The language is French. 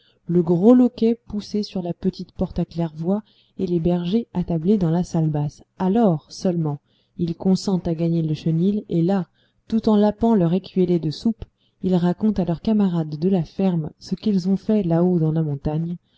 le gros loquet poussé sur la petite porte à claire-voie et les bergers attablés dans la salle basse alors seulement ils consentent à gagner le chenil et là tout en lapant leur écuellée de soupe ils racontent à leurs camarades de la ferme ce qu'ils ont fait là-haut dans la montagne